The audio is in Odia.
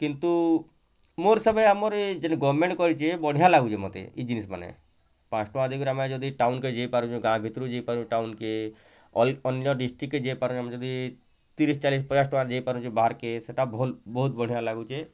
କିନ୍ତୁ ମୋର ସମୟେ ଆମର ଏ ଯିନ୍ ଗଭର୍ନମେଣ୍ଟ କରିଚି ବଢ଼ିଆ ଲାଗୁଛି ମୋତେ ଏଇ ଜିନିଷ୍ ମାନେ ପାଞ୍ଚ ଟଙ୍କା ଦେଇ କରି ଯଦି ଆମେ ଟାଉନ୍କେ ଯାଇପାରୁଛେ ଗାଁ ଭିତରକୁ ଯାଇପାରୁଛେ ଟାଉନ୍କେ ଅଲ ଅନ୍ୟ ଡିଷ୍ଟ୍ରିକ୍କେ ଯାଇପାରେ ଯଦି ତିରିଶ୍ ଚାଶିଶ୍ ପଚାଶ୍ ଟଙ୍କାରେ ଯାଇପାରୁଛେ ବାହାରେ କେସ୍ଟା ଭଲ୍ ବହୁତ ବଢ଼ିଆ ଲାଗୁଛି